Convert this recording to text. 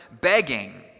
begging